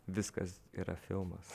viskas yra filmas